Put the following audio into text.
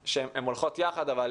אבל הן נפרדות.